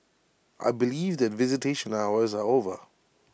I believe that visitation hours are over